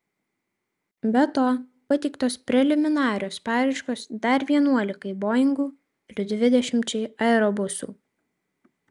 be to pateiktos preliminarios paraiškos dar vienuolikai boingų ir dvidešimčiai aerobusų